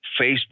Facebook